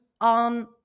on